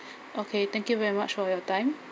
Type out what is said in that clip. okay thank you very much for your time